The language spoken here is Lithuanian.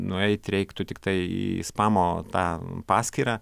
nueit reiktų tiktai į spamo tą paskyrą